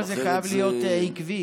זה חייב להיות עקבי,